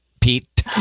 Pete